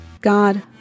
God